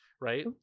right